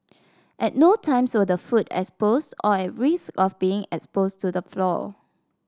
at no times were the food exposed or at risk of being exposed to the floor